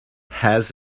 has